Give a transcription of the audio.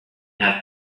have